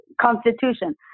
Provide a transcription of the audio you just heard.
constitution